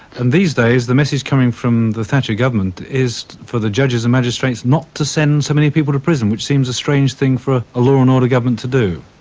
and these days the message coming from the thatcher government is for the judges and magistrates not to send so many people to prison, which seems a strange thing for a law and order government to do.